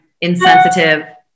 insensitive